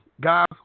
Guys